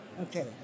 Okay